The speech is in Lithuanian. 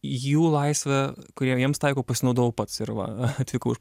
jų laisve kurią jiems taikau pasinaudojau pats ir va atvykau iš